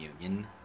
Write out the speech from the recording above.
Union